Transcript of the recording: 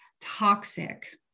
toxic